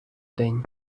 день